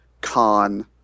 con